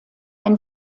ein